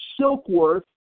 Silkworth